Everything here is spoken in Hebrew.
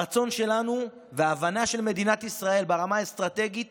הרצון שלנו, וההבנה של מדינת ישראל ברמה האסטרטגית